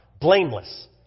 blameless